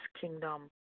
kingdom